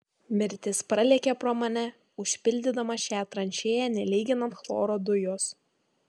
mirtis pralėkė pro mane užpildydama šią tranšėją nelyginant chloro dujos